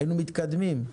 היינו מתקדמים.